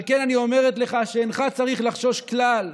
על כן אני אומרת לך שאינך צריך לחשוש כלל.